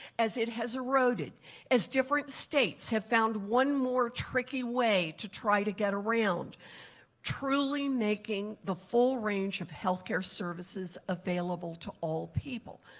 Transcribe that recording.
as it has eroded and different states have found one more tricky way to try to get around truly making the full range of healthcare services available to all people.